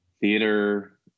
theater